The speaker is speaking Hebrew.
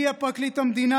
מי יהיה פרקליט המדינה.